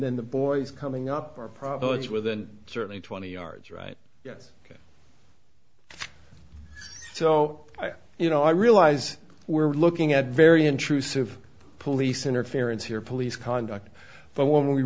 then the boys coming up are problems with and certainly twenty yards right yes so you know i realize we're looking at very intrusive police interference here police conduct but when w